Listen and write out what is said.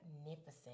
magnificent